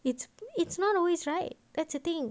it's it's not always right that's the thing